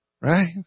Right